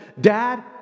dad